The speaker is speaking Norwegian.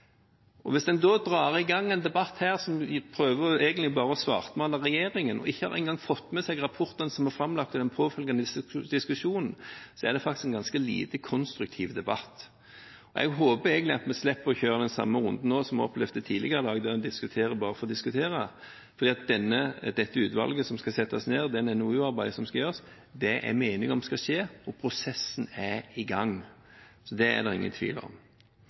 lenge. Hvis man da drar i gang en debatt her hvor man egentlig bare prøver å svartmale regjeringen, og ikke engang har fått med seg rapporten som er framlagt, og den påfølgende diskusjonen, er det faktisk en ganske lite konstruktiv debatt. Jeg håper egentlig vi slipper å kjøre den samme runden nå som vi opplevde tidligere i dag, der man diskuterer bare for å diskutere. For dette utvalget som skal settes ned, det NOU-arbeidet som skal gjøres, er vi enige om skal skje, og prosessen er i gang. Så det er det ingen tvil om.